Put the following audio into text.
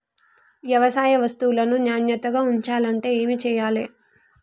వ్యవసాయ వస్తువులను నాణ్యతగా ఉంచాలంటే ఏమి చెయ్యాలే?